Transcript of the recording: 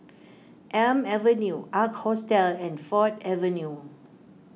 Elm Avenue Ark Hostel and Ford Avenue